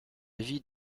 vie